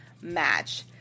match